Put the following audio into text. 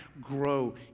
grow